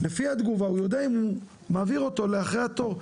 לפי התגובה הוא יודע אם להעביר אותו לאחרי התור.